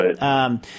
Right